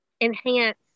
enhance